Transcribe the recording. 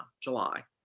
July